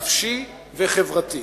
נפשי וחברתי.